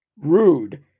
Rude